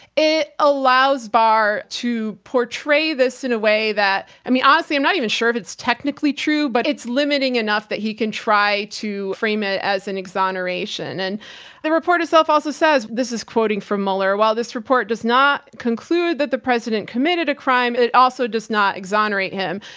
it allows barr to portray this in a way that, i mean, honestly, i'm not even sure if it's technically true, but it's limiting enough that he can try to frame it as an exoneration. and the report itself also says, this is quoting from mueller while this report does not conclude that the president committed a crime, it also does not exonerate him.